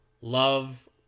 love